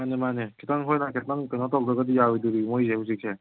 ꯃꯥꯅꯦ ꯃꯥꯅꯦ ꯈꯤꯇꯪ ꯑꯩꯈꯣꯏꯅ ꯈꯤꯇꯪ ꯀꯩꯅꯣ ꯇꯧꯗ꯭ꯔꯒꯗꯤ ꯌꯥꯔꯣꯏꯗꯧꯔꯤ ꯃꯣꯏꯁꯦ ꯍꯧꯖꯤꯛꯁꯦ